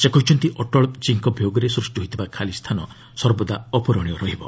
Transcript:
ସେ କହିଛନ୍ତି ଅଟଳଜୀଙ୍କ ବିୟୋଗରେ ସୃଷ୍ଟି ହୋଇଥିବା ଖାଲି ସ୍ଥାନ ସର୍ବଦା ଅପ୍ରରଣୀୟ ରହିବ